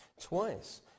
Twice